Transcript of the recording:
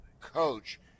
coach